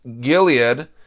Gilead